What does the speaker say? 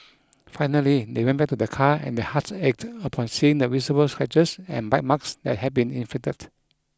finally they went back to their car and their hearts ached upon seeing the visible scratches and bite marks that had been inflicted